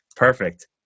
Perfect